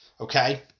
Okay